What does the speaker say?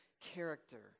character